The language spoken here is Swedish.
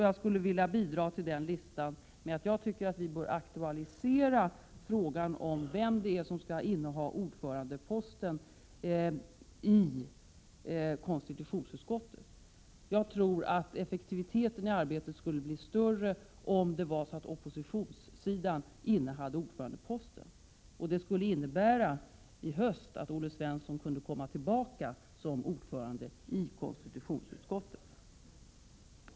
Jag skulle vilja bidra till den listan med att säga att jag tycker att vi bör aktualisera frågan om vem som skall inneha ordförandeposten i konstitutionsutskottet. Jag tror att effektiviteten i arbetet skulle bli större om oppositionen innehade ordförandeposten. Det skulle innebära att Olle Svensson i höst kunde komma tillbaka som ordförande i konstitutionsutskottet.